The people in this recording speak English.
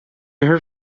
her